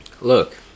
Look